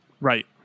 Right